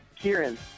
Kieran